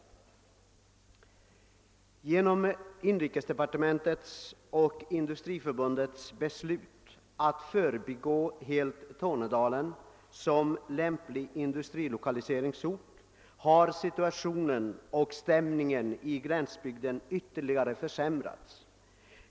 På grund av inrikesdepartementets och Industriförbundets beslut att helt förbigå Tornedalen som lämplig industrilokaliseringsort har situationen och stämningen i gränsbygden ytterligare försämrats.